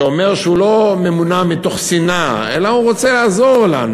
שאומר שהוא לא מונע משנאה אלא שהוא רוצה לעזור לנו,